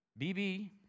BB